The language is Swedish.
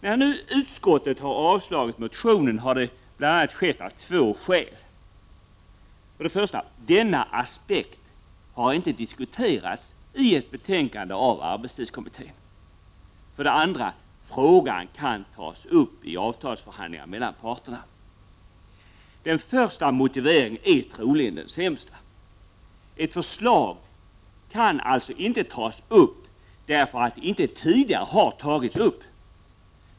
När nu utskottet har avstyrkt motionen har detta skett av bl.a. två skäl. För det första har denna aspekt inte diskuterats i arbetstidskommitténs be tänkande. För det andra kan frågan tas upp i avtalsförhandlingar mellan parterna. Den första motiveringen är troligen den sämsta. Ett förslag kan alltså inte tas upp därför att det inte tidigare har tagits upp.